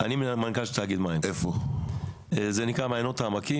אני מנכ"ל של תאגיד מים שנקרא מעיינות העמקים,